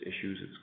issues